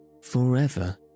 Forever